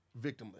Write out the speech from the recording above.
victimless